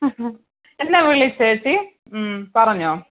ആ ഹാ എന്നാ വിളിച്ചത് ചേച്ചി പറഞ്ഞോളൂ